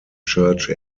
church